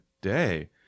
day